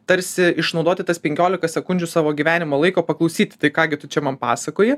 tarsi išnaudoti tas penkiolika sekundžių savo gyvenimo laiko paklausyti tai ką gi tu čia man pasakoji